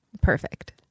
perfect